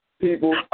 people